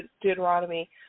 Deuteronomy